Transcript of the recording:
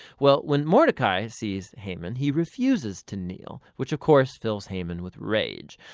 well when mordecai sees haman, he refuses to kneel, which of course fills haman with rage,